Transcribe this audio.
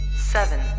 seven